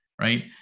right